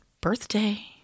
birthday